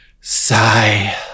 Sigh